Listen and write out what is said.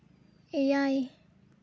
ᱮᱭᱟ